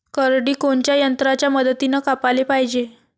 करडी कोनच्या यंत्राच्या मदतीनं कापाले पायजे?